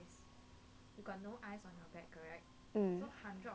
mm